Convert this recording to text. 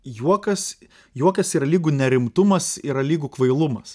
juokas juokas ir lygu nerimtumas yra lygu kvailumas